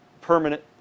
permanent